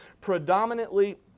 predominantly